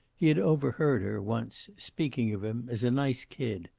he had overheard her, once, speaking of him as a nice kid,